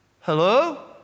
Hello